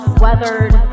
weathered